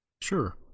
Sure